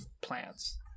plants